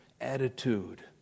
attitude